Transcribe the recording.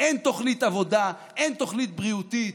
אין תוכנית עבודה, אין תוכנית בריאותית.